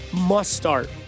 Must-start